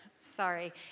Sorry